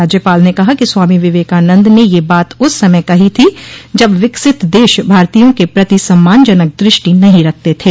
राज्यपाल ने कहा कि स्वामी विवेकानन्द ने यह बात उस समय कही थी जब विकसित देश भारतीयों के प्रति सम्मान जनक दृष्टि नहीं रखते थे